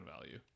value